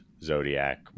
Zodiac